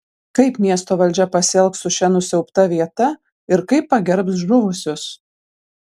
kaip miesto valdžia pasielgs su šia nusiaubta vieta ir kaip pagerbs žuvusius